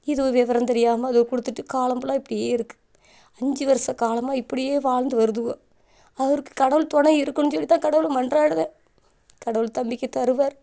இதுவோ விவரம் தெரியாமல் அதுவோ கொடுத்துட்டு காலம் புல்லா இப்படியே இருக்குது ஐஞ்சு வருட காலமாக இப்படியே வாழ்ந்து வருதுவோ அவருக்கு கடவுள் துண இருக்கணுன்னு சொல்லி தான் கடவுளை மன்றாடுவேன் கடவுள் நம்பிக்கை தருவார்